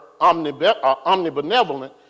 omnibenevolent